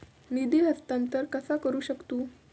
निधी हस्तांतर कसा करू शकतू?